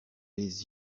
les